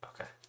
Okay